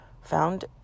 found